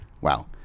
wow